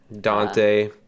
Dante